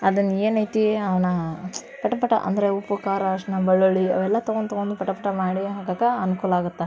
ಅದನ್ನ ಏನೈತಿ ಅವನ್ನ ಪಟಪಟ ಅಂದರೆ ಉಪ್ಪು ಖಾರ ಅರಿಶ್ಣ ಬೆಳ್ಳುಳ್ಳಿ ಅವೆಲ್ಲ ತೊಗೊಂಡ್ ತೊಗೊಂಡು ಪಟಪಟ ಮಾಡಿ ಹಾಕಕ್ಕೆ ಅನುಕೂಲ ಆಗುತ್ತೆ